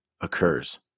occurs